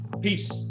Peace